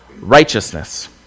righteousness